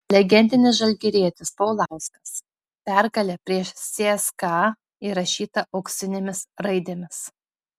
legendinis žalgirietis paulauskas pergalė prieš cska įrašyta auksinėmis raidėmis